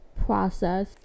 process